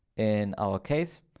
in our case,